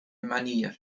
manier